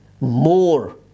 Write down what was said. more